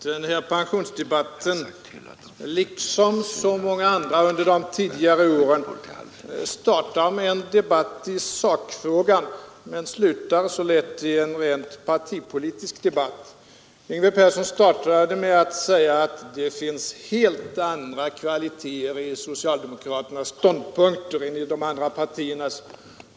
Herr talman! Liksom många andra pensionsdebatter under tidigare år startade också denna med en debatt i sakfrågan, men nu slutar den som en rent partipolitisk debatt. Yngve Persson sade exempelvis att det finns helt andra kvaliteter i socialdemokraternas ståndpunkter än i de övriga partiernas.